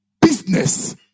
Business